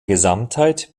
gesamtheit